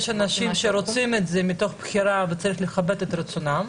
יש אנשים שרוצים את זה מתוך בחירה וצריך לכבד את רצונם.